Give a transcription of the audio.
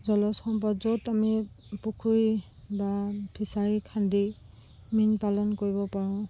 জলজ সম্পদ য'ত আমি পুখুৰী বা ফিছাৰী খান্দি মীন পালন কৰিব পাৰোঁ